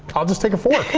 i'll just take a fourth.